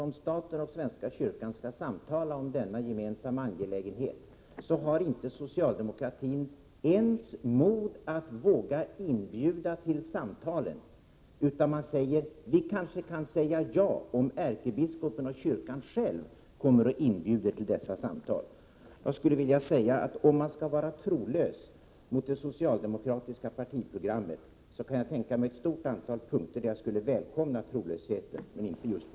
Om staten och svenska kyrkan skall samtala om denna gemensamma angelägenhet, så har alltså inte socialdemokratin ens mod att inbjuda till samtalen, utan man säger: Vi kanske kan säga ja om ärkebiskopen och kyrkan själv inbjuder till dessa samtal. Jag skulle vilja säga att om man skall — Prot. 1987/88:95 vara trolös mot det socialdemokratiska partiprogrammet, så kan jag tänka — 7 april 1988 mig ett stort antal punkter där jag skulle välkomna trolösheten — men inte på